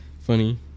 funny